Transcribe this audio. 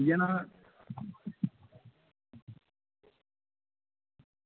इ'यै ना